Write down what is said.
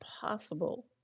possible